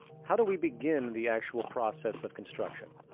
how do we begin the actual process of construction?